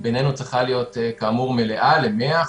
כאמור, צריכה להיות מלאה, ל-100%.